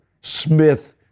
Smith